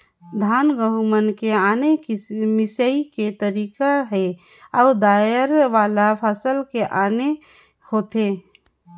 धान, गहूँ मन के आने मिंसई के तरीका हे अउ दायर वाला फसल के आने होथे